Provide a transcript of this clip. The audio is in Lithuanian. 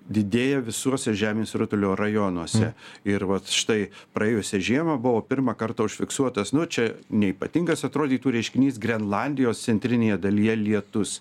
didėja visuose žemės rutulio rajonuose ir vat štai praėjusią žiemą buvo pirmą kartą užfiksuotas nu čia neypatingas atrodytų reiškinys grenlandijos centrinėje dalyje lietus